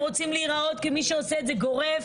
רוצים להיראות כמי שעושה את זה גורף,